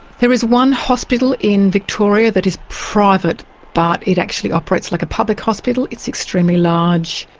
there is one hospital in victoria that is private but it actually operates like a public hospital. it's extremely large,